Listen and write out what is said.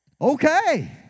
okay